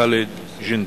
ח'אלד ג'ינדי.